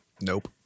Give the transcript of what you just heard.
Nope